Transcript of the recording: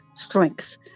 Strength